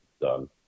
done